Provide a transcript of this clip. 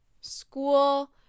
school